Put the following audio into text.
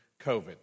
COVID